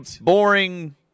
boring